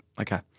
okay